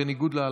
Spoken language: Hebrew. בניגוד להלכה?